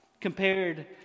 compared